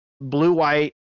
blue-white